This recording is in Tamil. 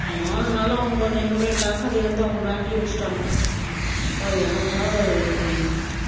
நாலு நாளாக அவங்க வந்து என்ன பண்ணிவிட்டாங்க அதைய வந்து அவங்க பேக்ல வச்சிட்டாங்க அப்பா எனக்கா